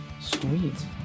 sweet